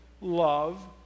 love